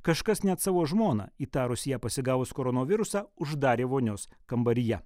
kažkas net savo žmoną įtarus ją pasigavus koronavirusą uždarė vonios kambaryje